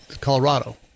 Colorado